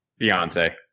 Beyonce